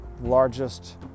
largest